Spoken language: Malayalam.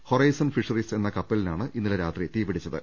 ഹൊറൈസൺ ഫിഷറീസ് എന്ന കപ്പലിനാണ് ഇന്നലെ രാത്രി തീപിടിച്ചത്